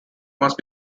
must